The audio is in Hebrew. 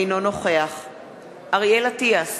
אינו נוכח אריאל אטיאס,